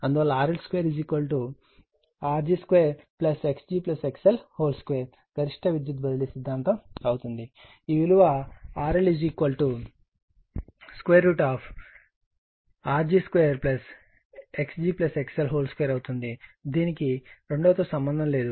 2 Rg2 x g XL 2 గరిష్ట విద్యుత్ బదిలీ సిద్ధాంతం అవుతుంది ఈ విలువ RL Rg2XgXL2అవుతుంది దీనికి రెండవ తో సంబంధం లేదు